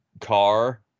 car